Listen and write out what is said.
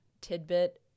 tidbit